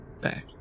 back